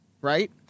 right